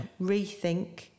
Rethink